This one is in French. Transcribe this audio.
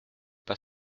pas